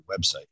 website